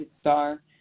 star